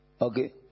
Okay